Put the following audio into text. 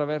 Com'è